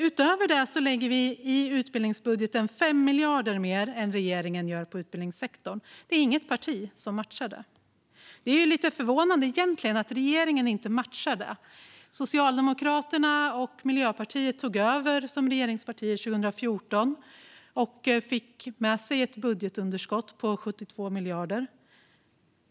Utöver det lägger vi i utbildningsbudgeten 5 miljarder mer än regeringen på utbildningssektorn. Det är inget parti som matchar det. Det är egentligen lite förvånande att regeringen inte matchar det. Socialdemokraterna och Miljöpartiet tog över som regeringspartier 2014 och fick med sig ett budgetunderskott på 72 miljarder.